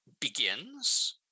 begins